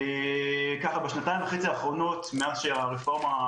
בשנתיים וחצי האחרונות, מאז הפציעה הרפורמה,